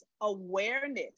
awareness